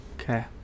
Okay